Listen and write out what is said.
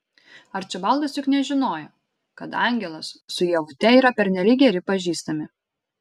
arčibaldas juk nežinojo kad angelas su ievute yra pernelyg geri pažįstami